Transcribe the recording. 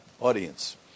audience